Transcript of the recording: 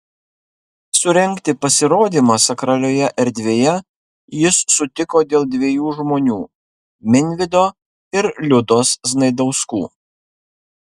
surengti pasirodymą sakralioje erdvėje jis sutiko dėl dviejų žmonių minvydo ir liudos znaidauskų